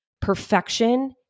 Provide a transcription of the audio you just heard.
perfection